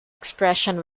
expression